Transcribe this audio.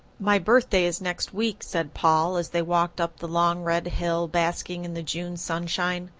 my birthday is next week, said paul, as they walked up the long red hill, basking in the june sunshine,